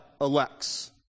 elects